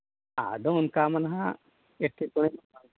ᱟᱫᱚ ᱚᱱᱠᱟ ᱢᱟ ᱱᱟᱜ